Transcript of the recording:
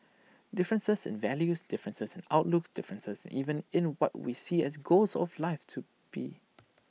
differences in values differences in outlooks differences even in what we see as goals of life to be